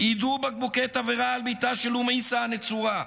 יידו בקבוקי תבערה על ביתה של אום עיסא הנצורה,